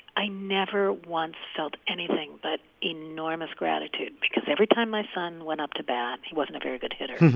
i never once felt anything but enormous gratitude because every time my son went up to bat he wasn't a very good hitter